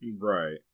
Right